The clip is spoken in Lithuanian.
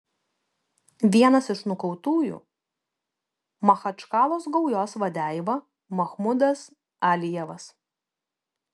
vienas iš nukautųjų machačkalos gaujos vadeiva mahmudas alijevas